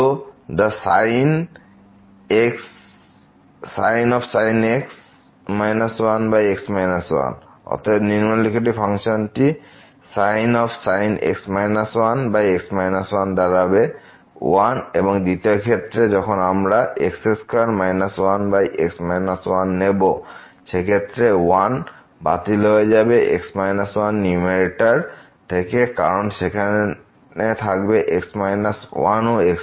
সুতরাং sin x 1 ⁡ অতএব নিম্নলিখিত ফাংশনটি sin x 1 ⁡মান দাঁড়াবে 1 এবং দ্বিতীয় ক্ষেত্রে যখন আমরা x2 1x 1 নেব সে ক্ষেত্রে 1 বাতিল হয়ে যাবে x 1 নিউমারেটর থেকে কারণ সেখানে থাকবে x 1 ও x1